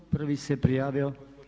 Prvi se prijavio.